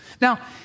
Now